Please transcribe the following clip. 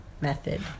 method